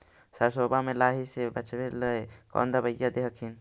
सरसोबा मे लाहि से बाचबे ले कौन दबइया दे हखिन?